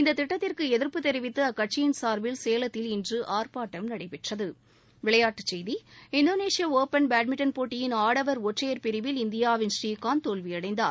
இந்த திட்டத்திற்கு எதிர்ப்பு தெரிவித்து அக்கட்சியின் சார்பில் சேலத்தில் இன்று ஆர்ப்பாட்டம் நடைபெற்றது விளையாட்டுச் செய்தி இந்தோனேஷிய ஒபன் பேட்மின்டன் போட்டியின் ஆடவர் ஒற்றையர் பிரிவில் இந்தியாவின் புரீகாந்த் தோல்வி அடைந்தார்